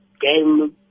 game